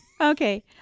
Okay